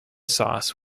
sauce